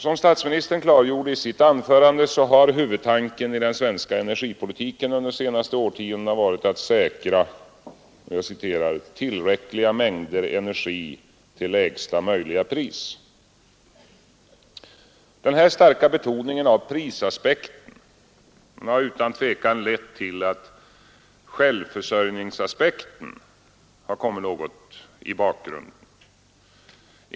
Som statsministern klargjorde i sitt anförande har huvudtanken i den svenska energipolitiken under de senaste årtiondena varit att säkra ”tillräckliga mängder energi till lägsta möjliga pris”. Denna starka betoning av prisaspekten har utan tvivel lett till att självförsörjningsaspekten har kommit något i bakgrunden.